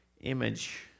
image